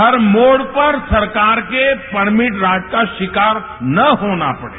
हर मोड़ पर सरकार के परमिट राज का शिकार न होना पड़े